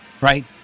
right